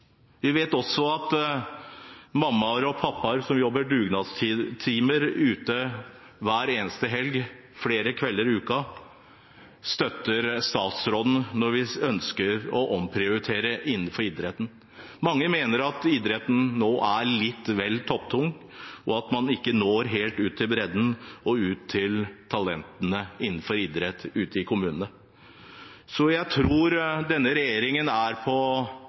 Vi vet også at mammaer og pappaer som jobber dugnad hver eneste helg, flere kvelder i uka, støtter statsråden når vi ønsker å omprioritere innenfor idretten. Mange mener at idretten nå er litt vel topptung, og at man ikke når helt ut til bredden og til talentene innenfor idrett i kommunene. Så jeg tror denne regjeringen er på